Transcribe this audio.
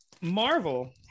marvel